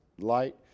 light